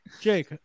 Jake